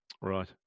right